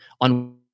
on